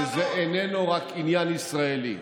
שזה איננו רק עניין ישראלי.